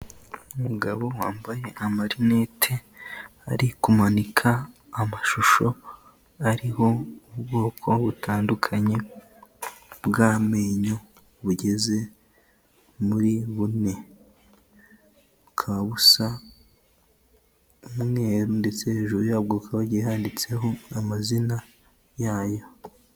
Umugabo wambaye amarinete ari kumanika amashusho ariho ubwoko butandukanye bw'amenyo bugeze muri bune, bukaba busa umweru ndetse hejuru yabwo hakaba hagiye handitseho amazina yayo.